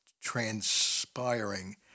transpiring